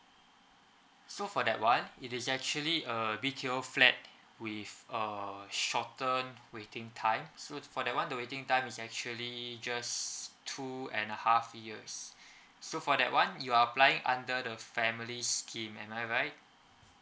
so for that [one] it is actually a B_T_O flat with uh shortened waiting time so for that [one] the waiting time is actually just two and a half years so for that [one] you are applying under the family scheme am I right